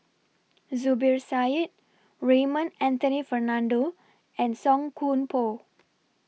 Zubir Said Raymond Anthony Fernando and Song Koon Poh